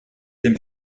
dem